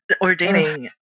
ordaining